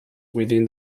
within